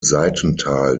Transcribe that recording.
seitental